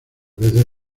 veces